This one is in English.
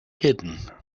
hidden